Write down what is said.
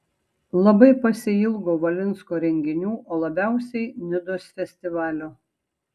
labai pasiilgau valinsko renginių o labiausiai nidos festivalio